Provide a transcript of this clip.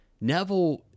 Neville